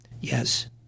Yes